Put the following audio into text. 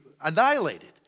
annihilated